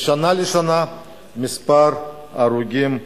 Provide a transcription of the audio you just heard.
משנה לשנה מספר ההרוגים עולה,